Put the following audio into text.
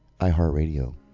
iHeartRadio